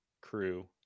crew